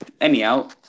Anyhow